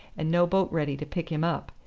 and no boat ready to pick him up.